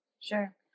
Sure